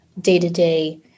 day-to-day